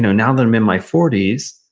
now that i'm in my forty s,